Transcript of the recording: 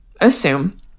assume